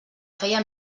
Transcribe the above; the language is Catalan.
feia